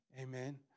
Amen